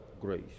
grace